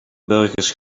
burgers